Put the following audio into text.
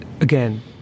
again